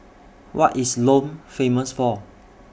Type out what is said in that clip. What IS Lome Famous For